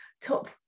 top